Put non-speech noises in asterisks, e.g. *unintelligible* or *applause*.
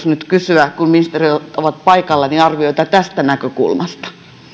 *unintelligible* nyt kysyä kun ministerit ovat paikalla arvioita tästä näkökulmasta